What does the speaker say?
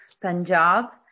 Punjab